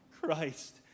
Christ